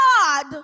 God